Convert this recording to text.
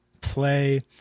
play